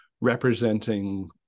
representing